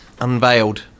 unveiled